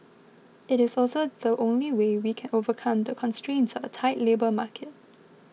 it is also the only way we can overcome the constraints of a tight labour market